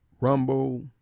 Rumble